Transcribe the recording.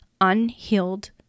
unhealed